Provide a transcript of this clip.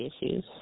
issues